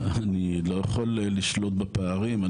אני לא יכול לשלוט בפערים,